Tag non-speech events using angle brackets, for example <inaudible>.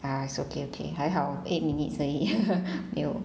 ah it's okay okay 还好 eight minutes 而已 <laughs> !aiyo!